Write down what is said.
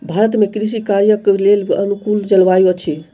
भारत में कृषि कार्यक लेल अनुकूल जलवायु अछि